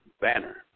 banner